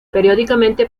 periódicamente